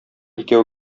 икәү